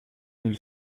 mille